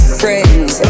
friends